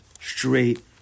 Straight